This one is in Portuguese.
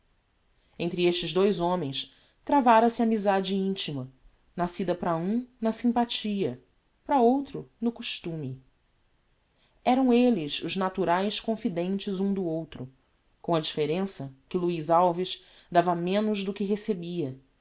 entre estes dous homens travara se amizade intima nascida para um na sympathia para outro no costume eram elles os naturaes confidentes um do outro com a differença que luiz alves dava menos do que recebia